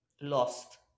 lost